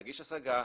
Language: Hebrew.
להגיש השגה,